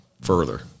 further